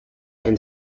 and